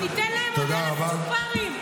תיתן להם עוד 1,000 צ'ופרים.